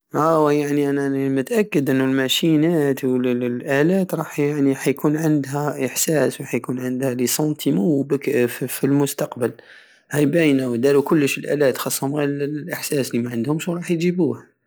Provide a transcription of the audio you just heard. اواه يعني انا راني متاكد انو الماشينات والالات راح يكون عندها احساس ورح يكون عندها ليسونايمون دك- فالمستقبل هاي باينة دارو كلش الالات خصهم غير الاحساس الي معندهمش وراح يجيبوه